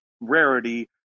rarity